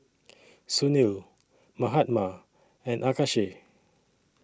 Sunil Mahatma and Akshay